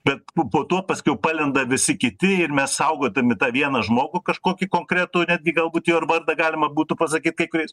bet po to paskiau palenda visi kiti ir mes saugodami tą vieną žmogų kažkokį konkretų netgi galbūt jo ir vardą galima būtų pasakyt kai kuriais